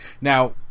now